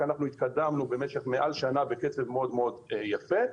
כי התקדמנו במשך מעל לשנה בקצב יפה מאוד,